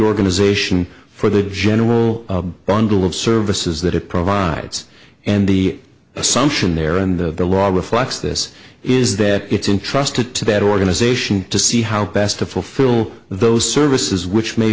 organization for the general bundle of services that it provides and the assumption there and the log reflects this is that it's intrusted to that organization to see how best to fulfill those services which may